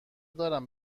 دارم